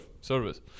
service